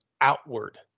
outward